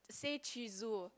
say Cheezo